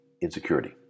insecurity